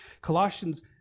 Colossians